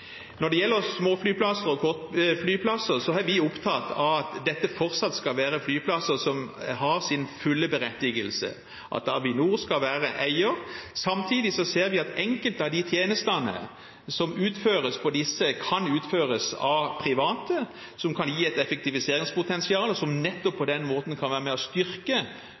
Når det gjelder småflyplasser og kortbaneflyplasser, er vi opptatt av at dette fortsatt skal være flyplasser som har sin fulle berettigelse, og at Avinor skal være eier. Samtidig ser vi at enkelte av de tjenestene som utføres på disse flyplassene, kan utføres av private, noe som kan gi et effektiviseringspotensial, og som nettopp på den måten kan være med på å styrke